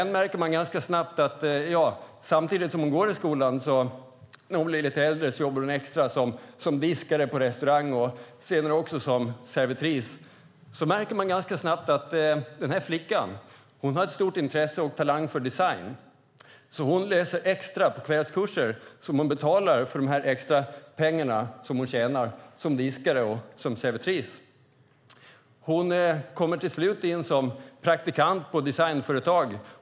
När hon blir lite äldre jobbar hon extra som diskare och servitris samtidigt som hon går i skolan. Man märker sedan ganska snabbt att den här flickan har stort intresse och talang för design. Hon går kvällskurser som hon betalar med de pengar hon tjänar som diskare och servitris. Hon kommer så småningom att bli praktikant på ett designföretag.